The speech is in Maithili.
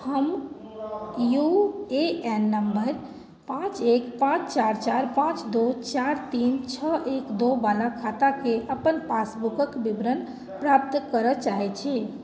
हम यू ए एन नम्बर पाँच एक पाँच चारि चारि पाँच दू चारि तीन छओ एक दुइवला खाताके अपन पासबुकके विवरण प्राप्त करऽ चाहै छी